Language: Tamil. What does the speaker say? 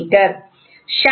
மீ